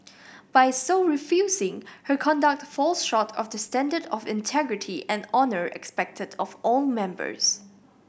by so refusing her conduct falls short of the standard of integrity and honour expected of all members